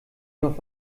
noch